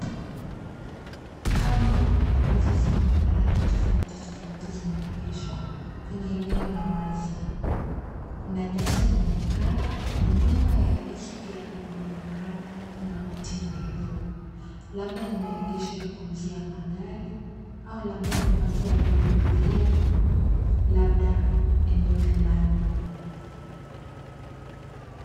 Car ndogo ambazo zikona rangi tofauti tofauti zimeegeshwa kwenye eneo la wazi. Kuna nyasi inaonekana. Na nyuma ya hizi gari, kunaonekana kuna miti mirefu. Labda ni maegesho ya kuuzia magari au labda ni watu walioudhuria labda eneo fulani.